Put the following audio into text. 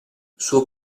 suo